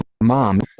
Mom